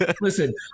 Listen